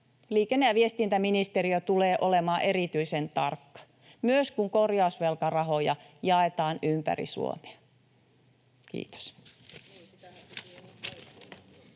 liikenne- ja viestintäministeriö tulee olemaan erityisen tarkka, myös kun korjausvelkarahoja jaetaan ympäri Suomea. — Kiitos.